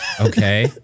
okay